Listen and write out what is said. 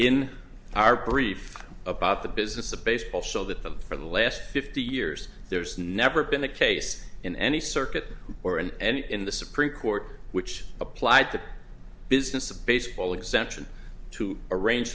in our brief about the business of baseball so that the for the last fifty years there's never been a case in any circuit or in any in the supreme court which applied the business of baseball exemption to